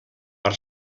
per